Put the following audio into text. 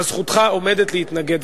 אבל זכותך עומדת להתנגד.